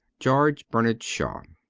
george bernard shaw